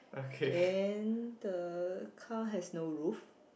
then the car has no roof